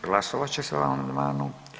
Glasovat će se o amandmanu.